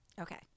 Okay